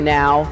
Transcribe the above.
now